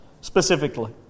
specifically